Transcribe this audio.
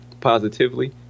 positively